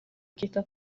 akita